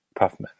Puffman